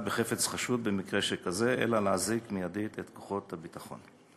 בחפץ חשוד במקרה שכזה אלא יש להזעיק מייד את כוחות הביטחון.